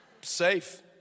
Safe